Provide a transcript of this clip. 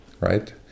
Right